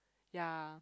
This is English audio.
ya